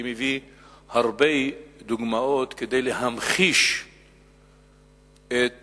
הייתי מביא הרבה דוגמאות כדי להמחיש את העניין,